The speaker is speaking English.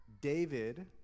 David